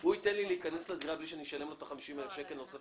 הוא ייתן לי להיכנס לדירה בלי שאני אשלם לו 50 אלף שקל?